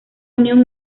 unión